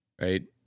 right